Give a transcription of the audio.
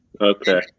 Okay